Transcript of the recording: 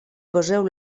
poseu